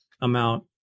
amount